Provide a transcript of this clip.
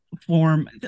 form